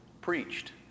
preached